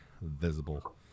visible